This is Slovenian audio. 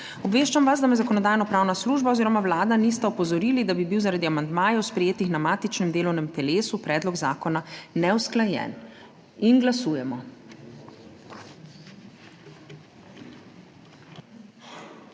Obveščam vas, da me Zakonodajno-pravna služba oziroma Vlada nista opozorili, da bi bil zaradi amandmajev, sprejetih na matičnem delovnem telesu, predlog zakona neusklajen. Glasujemo.